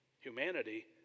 humanity